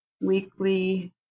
weekly